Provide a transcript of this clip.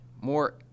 more